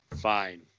fine